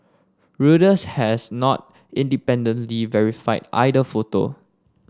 Reuters has not independently verified either photo